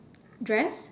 dress